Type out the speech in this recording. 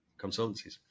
consultancies